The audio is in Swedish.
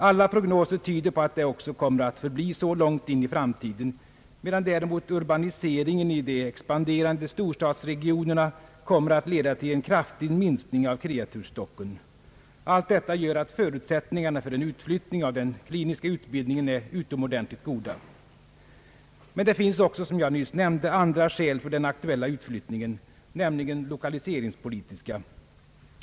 Alla prognoser tyder på att det också kommer att förbli så långt in i framtiden, medan däremot urbaniseringen i de expanderande storstadsregionerna kommer att leda till en kraftig minskning av kreatursstocken. Allt detta gör att förutsättningarna för en utflyttning av den kliniska utbildningen är utomordentligt goda. Men det finns också, som jag nyss nämnde, andra skäl för den aktuella utflyttningen, nämligen lokaliseringspolitiska.